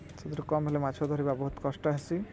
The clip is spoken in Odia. ସେଥିରୁ କମ୍ ହେଲେ ମାଛ ଧରିବା ବହୁତ କଷ୍ଟ ହେସି